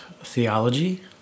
theology